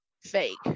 fake